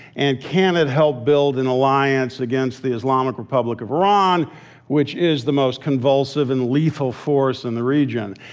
and can it help build an alliance against the islamic republic of iran which is the most convulsive and lethal force in and the region?